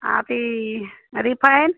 आ अथी रिफाइन